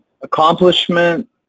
accomplishment